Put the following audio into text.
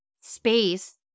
space